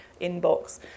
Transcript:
inbox